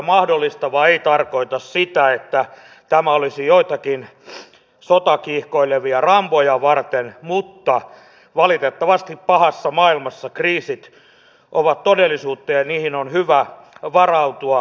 mahdollistava ei tarkoita sitä että tämä olisi joitakin sotakiihkoilevia ramboja varten mutta valitettavasti pahassa maailmassa kriisit ovat todellisuutta ja niihin on hyvä varautua